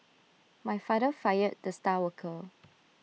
my father fired the star worker